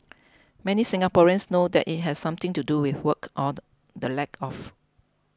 many Singaporeans know that it has something to do with work or the lack of